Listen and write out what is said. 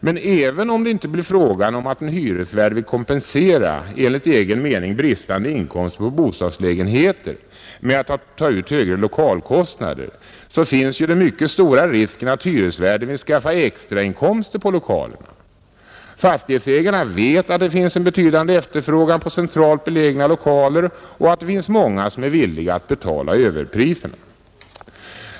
Men även om det inte blir fråga om att en hyresvärd vill kompensera en enligt hans mening bristande inkomst på bostadslägenheterna med att ta ut högre lokalkostnader, så finns ju den mycket stora risken att hyresvärden vill skaffa sig extrainkomster på lokalerna. Fastighetsägarna vet att det finns en betydande efterfrågan på centralt belägna lokaler och att det finns många som är villiga att betala överpriserna.